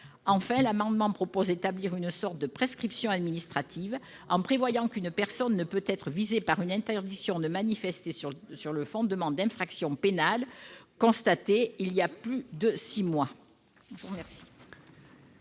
Enfin, l'amendement vise à établir une sorte de prescription administrative, en prévoyant qu'une personne ne pourra être l'objet d'une interdiction de manifester prononcée sur le fondement d'infractions pénales constatées il y a plus de six mois.